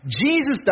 Jesus